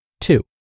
Two